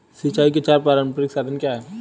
सिंचाई के चार पारंपरिक साधन क्या हैं?